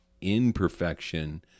imperfection